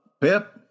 Pip